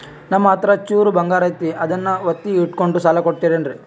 ನಮ್ಮಹತ್ರ ಚೂರು ಬಂಗಾರ ಐತಿ ಅದನ್ನ ಒತ್ತಿ ಇಟ್ಕೊಂಡು ಸಾಲ ಕೊಡ್ತಿರೇನ್ರಿ?